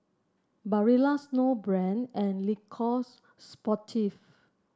Barilla Snowbrand and Le Coq Sportif